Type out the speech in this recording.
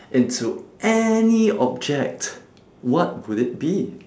into any object what would it be